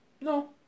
No